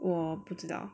我不知道